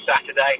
Saturday